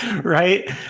right